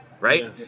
Right